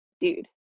dude